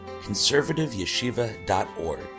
conservativeyeshiva.org